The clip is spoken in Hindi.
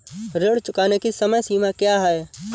ऋण चुकाने की समय सीमा क्या है?